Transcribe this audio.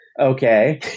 Okay